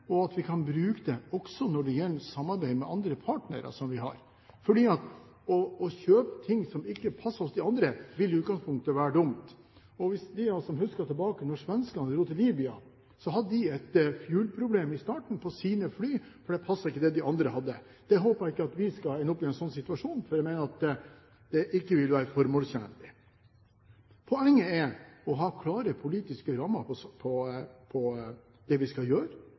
og at vi kan bruke det også når det gjelder samarbeid med andre partnere som vi har. Å kjøpe ting som ikke passer hos de andre, vil i utgangspunktet være dumt. De av oss som husker tilbake til da svenskene dro til Libya, vil huske at de hadde et «fuel»-problem i starten på sine fly, for det passet ikke med det de andre hadde. Jeg håper ikke vi skal ende opp i en sånn situasjon, for jeg mener det ikke vil være formålstjenlig. Poenget er å ha klare politiske rammer for det vi skal gjøre